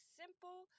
simple